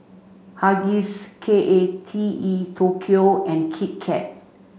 Huggies K A T E Tokyo and Kit Kat